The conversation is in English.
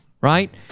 right